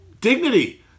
dignity